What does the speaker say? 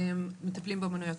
המטפלים באומנויות.